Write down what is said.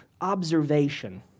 observation